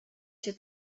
cię